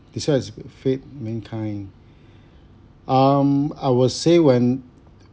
this one is fate mankind um I will say when